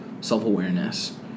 self-awareness